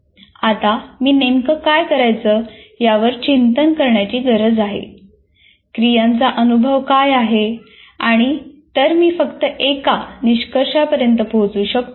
आता मी नेमकं काय करायचं यावर चिंतन करण्याची गरज आहे क्रियांचा अनुक्रम काय आहे आणि तरच मी फक्त एका निष्कर्षापर्यंत पोहोचू शकतो